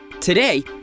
Today